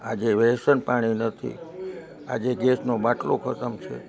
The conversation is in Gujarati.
આજે રેશન પાણી નથી આજે ગેસનો બાટલો ખતમ છે